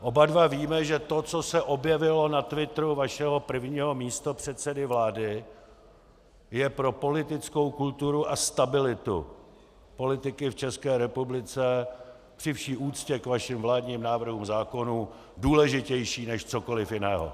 Oba dva víme, že to, co se objevilo na twitteru vašeho prvního místopředsedy vlády, je pro politickou kulturu a stabilitu politiky v České republice při vší úctě k vašim vládním návrhům zákonů důležitější než cokoliv jiného.